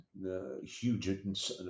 huge